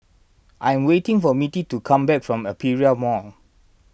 I am waiting for Mittie to come back from Aperia Mall